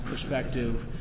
perspective